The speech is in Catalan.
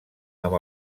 amb